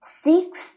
Six